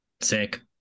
Sick